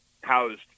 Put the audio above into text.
housed